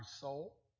soul